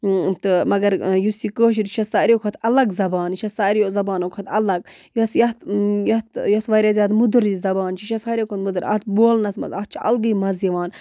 تہٕ مگر یُس یہِ کٲشُر یہِ چھےٚ سارِوٕے کھۄتہٕ اَلگ زبان یہِ چھےٚ ساروِیو زَبانو کھۄتہٕ اَلگ یۄس یَتھ یَتھ یۄس واریاہ زیادٕ مٔدٕرٕ یہِ زبان چھِ یہِ چھےٚ ساروٕے کھۄتہٕ مٔدٕر اَتھ بولنَس منٛز اَتھ چھُ اَلگٕے مَزٕ یِوان